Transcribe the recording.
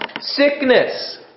Sickness